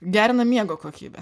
gerina miego kokybę